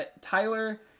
Tyler